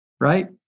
right